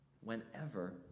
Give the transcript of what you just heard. whenever